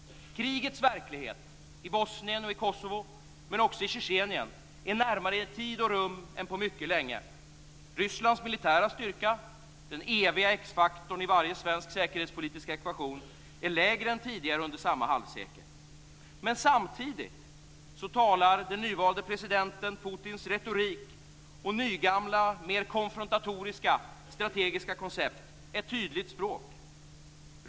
Krigets verklighet - i Bosnien och Kosovo men också i Tjetjenien - är närmare i tid och rum än på mycket länge. Rysslands militära styrka - den eviga x-faktorn i varje svensk säkerhetspolitisk ekvation - är lägre än tidigare under samma halvsekel. Men samtidigt talar den nyvalde presidenten Putins retorik och nygamla, mer konfrontatoriska strategiska koncept ett tydligt språk.